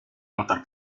matar